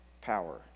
power